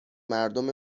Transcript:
مردم